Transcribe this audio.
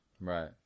Right